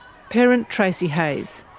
parent tracey hayes.